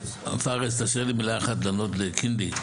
פארס תרשה לי מילה אחת לענות לקינלי,